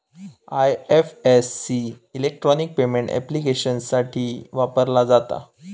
IFSC electronic payment ऍप्लिकेशन्ससाठी वापरला जाता